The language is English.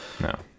No